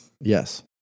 Yes